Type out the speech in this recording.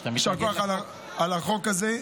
יישר כוח על החוק הזה.